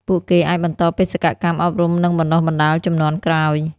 ពួកគេអាចបន្តបេសកកម្មអប់រំនិងបណ្តុះបណ្តាលជំនាន់ក្រោយ។